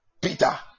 Peter